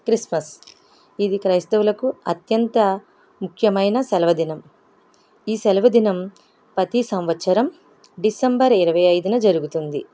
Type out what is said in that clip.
Christmas ఇది క్రైస్తవులకు అత్యంత ముఖ్యమైన సెలవుదినం ఈ సెలవుదినం ప్రతి సంవత్సరం డిసెంబర్ ఇరవై ఐదున జరుగుతుంది